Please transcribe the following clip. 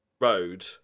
road